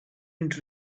into